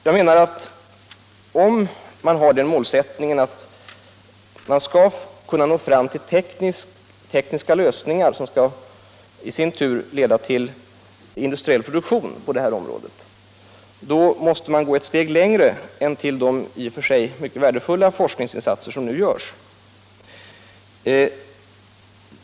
Där menar jag, att har man den målsättningen att nå fram till tekniska lösningar, som i sin tur skall leda till industriell produktion på detta område, så måste man gå ett steg längre än till de i och för sig värdefulla forskningsinsatser som nu görs.